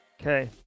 okay